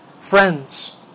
friends